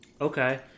Okay